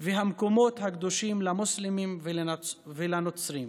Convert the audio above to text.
והמקומות הקדושים למוסלמים ולנוצרים,